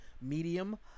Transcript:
medium